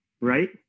right